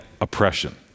oppression